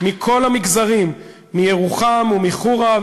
מכל המגזרים: מירוחם ומחורה,